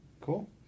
Cool